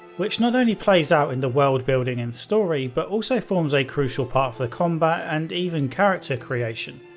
which not only plays out in the worldbuilding and story, but also forms a crucial part of the combat and even character creation.